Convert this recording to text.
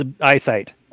eyesight